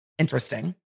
Interesting